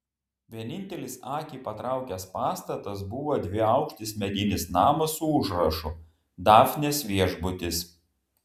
vienintelis akį patraukęs pastatas buvo dviaukštis medinis namas su užrašu dafnės viešbutis